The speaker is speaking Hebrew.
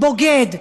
בוגד.